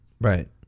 right